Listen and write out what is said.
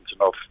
enough